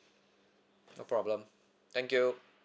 no problem thank you